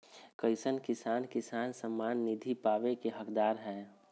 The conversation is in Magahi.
कईसन किसान किसान सम्मान निधि पावे के हकदार हय?